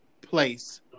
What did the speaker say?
place